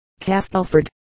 Castelford